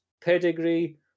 Pedigree